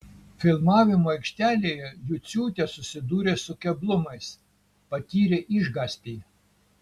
filmavimo aikštelėje juciūtė susidūrė su keblumais patyrė išgąstį